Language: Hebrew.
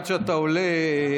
עד שאתה עולה,